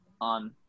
on